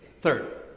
Third